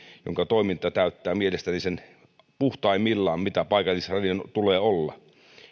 jonka toiminta täyttää mielestäni sen puhtaimmillaan mitä paikallisradion tulee olla